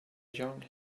young